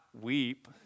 weep